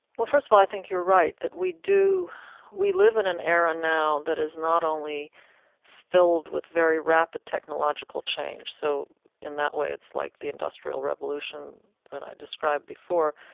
well, first of all, i think you're right, that we do live in an era now that is not only filled with very rapid technological change, so in that way, it's like the industrial revolution that i described before.